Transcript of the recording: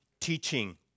teaching